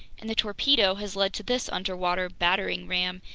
and the torpedo has led to this underwater battering ram,